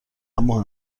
اما